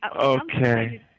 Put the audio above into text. Okay